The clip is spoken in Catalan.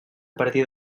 partir